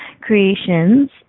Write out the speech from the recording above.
Creations